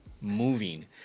moving